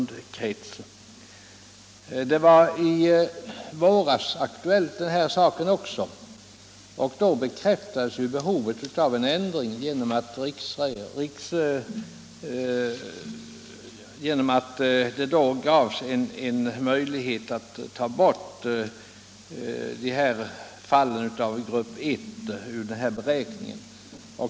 Den här frågan var aktuell i våras också och då bekräftades behovet av en ändring genom att det gavs möjlighet att ta bort fallen inom grupp I ur beräkningen.